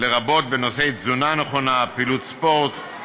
לרבות בנושאי תזונה נכונה, פעילות ספורט,